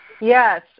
Yes